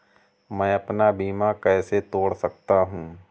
मैं अपना बीमा कैसे तोड़ सकता हूँ?